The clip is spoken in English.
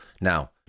Now